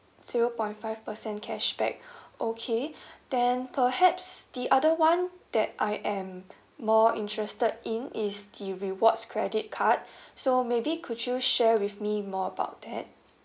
zero point five percent cashback okay then perhaps the other one that I am more interested in is the rewards credit card so maybe could you share with me more about that